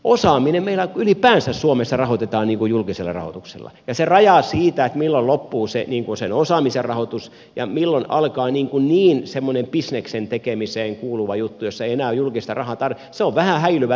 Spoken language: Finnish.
osaaminen meillä ylipäänsä suomessa rahoitetaan julkisella rahoituksella ja se raja siinä milloin loppuu sen osaamisen rahoitus ja milloin alkaa semmoinen bisneksen tekemiseen kuuluva juttu jossa ei enää julkista rahaa tarvita on vähän häilyvä viiva